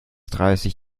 dreißig